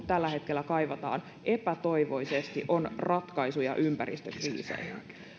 tällä hetkellä kaivataan epätoivoisesti on ratkaisuja ympäristökriiseihin